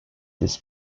this